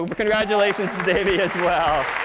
ah but congratulations to davey as well.